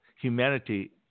humanity